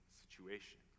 situation